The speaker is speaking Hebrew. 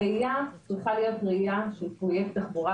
הראייה שצריכה להיות ראייה של פרויקט תחבורה